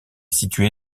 située